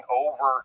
over